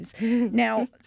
Now